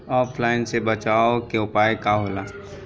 ऑफलाइनसे बचाव के उपाय का होला?